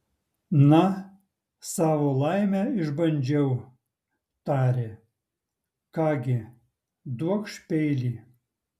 na savo laimę išbandžiau tarė ką gi duokš peilį